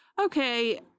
okay